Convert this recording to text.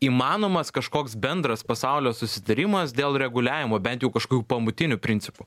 įmanomas kažkoks bendras pasaulio susitarimas dėl reguliavimo bent jau kažkokių pamatinių principų